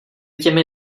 těmi